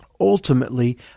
Ultimately